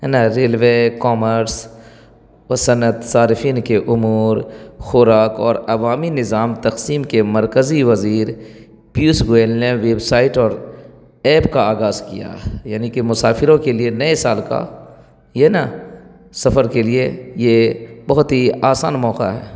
ہے نا railway commerce و صنعت صارفین کے امور خوراک اور عوامی نظام تقسیم کے مرکزی وزیر پیوش گوئل نے ویب سائٹ اور ایپ کا آغاز کیا یعنی کہ مسافروں کے لیے نئے سال کا یہ نا سفر کے لیے یہ بہت ہی آسان موقع ہے